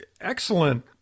excellent